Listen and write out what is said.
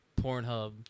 Pornhub